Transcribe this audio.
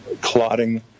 clotting